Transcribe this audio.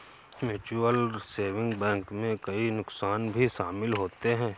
mutual saving bank में कई नुकसान भी शमिल होते है